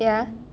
ya